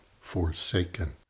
forsaken